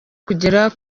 kugera